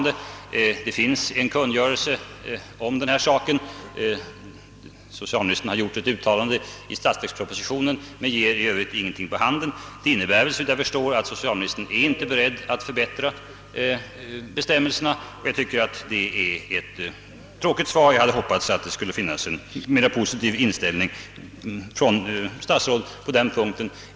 Det finns en kungörelse om saken; socialministern har gjort ett uttalande i statsverkspropositionen men ger i Övrigt ingenting på hand. Det innebär såvitt jag förstår att socialministern inte är beredd att förbättra bestämmelserna. Jag tycker att det är ett tråkigt besked — jag hade hoppats att statsrådet skulle visa en mycket mera positiv inställning på denna punkt.